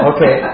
Okay